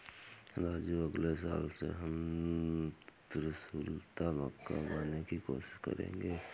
राजू अगले साल से हम त्रिशुलता मक्का उगाने की कोशिश करेंगे